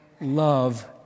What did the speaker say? love